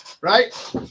Right